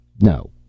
No